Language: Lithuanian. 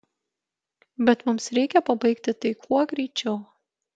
bet mums reikia pabaigti tai kuo greičiau